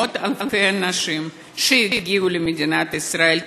מאות-אלפי אנשים שהגיעו למדינת ישראל,